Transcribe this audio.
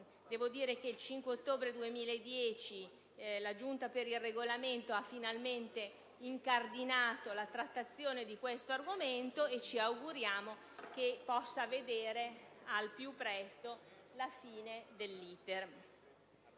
europea. Il 5 ottobre 2010 la Giunta per il Regolamento ha finalmente incardinato la trattazione di questo argomento: ci auguriamo pertanto che esso possa vedere al più presto la fine del